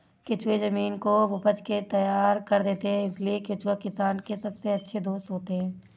केंचुए जमीन को उपज के लिए तैयार कर देते हैं इसलिए केंचुए किसान के सबसे अच्छे दोस्त होते हैं